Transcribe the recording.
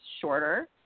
shorter